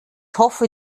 hoffe